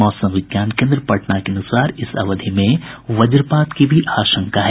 मौसम विज्ञान केन्द्र पटना के अनुसार इस अवधि में वज्रपात की भी आशंका है